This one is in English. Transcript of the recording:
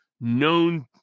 known